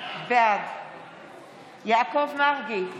בעד יעקב מרגי,